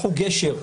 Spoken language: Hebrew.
פתחו גשר,